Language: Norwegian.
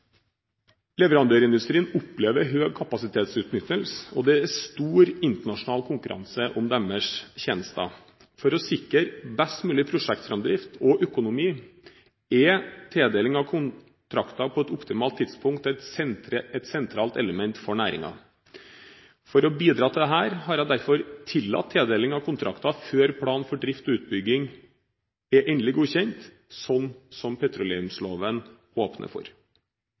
Leverandørindustrien opplever høy kapasitetsutnyttelse, og det er stor internasjonal konkurranse om deres tjenester. For å sikre best mulig prosjektframdrift og økonomi er tildeling av kontrakter på et optimalt tidspunkt et sentralt element for næringen. For å bidra til dette har jeg derfor tillatt tildeling av kontrakter før plan for drift og utbygging er endelig godkjent, sånn som petroleumsloven åpner for.